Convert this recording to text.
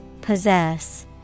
Possess